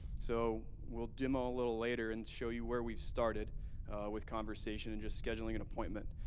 so we'll demo a little later and show you where we've started with conversation and just scheduling an appointment.